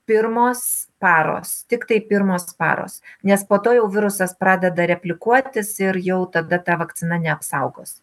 pirmos paros tiktai pirmos paros nes po to jau virusas pradeda replikuotis ir jau tada ta vakcina neapsaugos